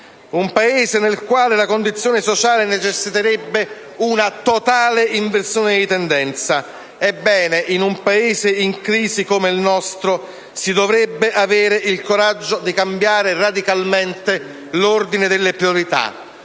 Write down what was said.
un Paese nel quale la condizione sociale necessiterebbe una totale inversione di tendenza. Ebbene, in un Paese in crisi come il nostro, si dovrebbe avere il coraggio di cambiare radicalmente l'ordine delle priorità,